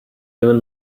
even